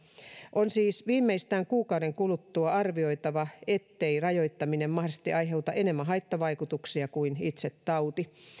on siis viimeistään kuukauden kuluttua arvioitava ettei rajoittaminen mahdollisesti aiheuta enemmän haittavaikutuksia kuin itse tauti